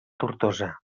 tortosa